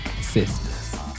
sisters